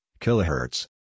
kilohertz